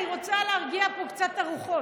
אני רוצה להרגיע פה קצת את הרוחות,